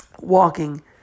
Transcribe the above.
walking